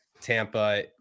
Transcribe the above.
Tampa